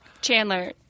Chandler